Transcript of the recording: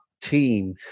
team